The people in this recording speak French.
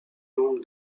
nombre